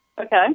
Okay